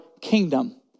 kingdom